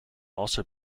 also